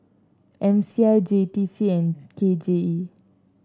M C I J T C and K J E